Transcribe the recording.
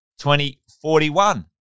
2041